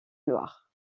loire